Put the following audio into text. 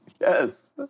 Yes